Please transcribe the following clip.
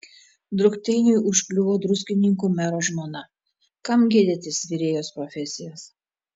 drukteiniui užkliuvo druskininkų mero žmona kam gėdytis virėjos profesijos